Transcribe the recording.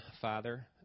father